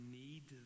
need